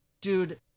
dude